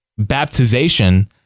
baptization